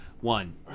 one